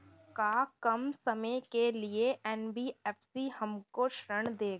का कम समय के लिए एन.बी.एफ.सी हमको ऋण देगा?